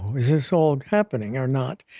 is this all happening or not?